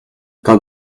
quand